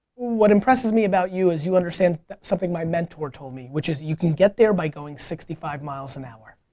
what impresses me about you is you understand something my mentor told me which you can get there by going sixty five miles an hour.